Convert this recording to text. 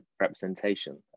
representation